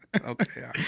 Okay